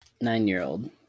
nine-year-old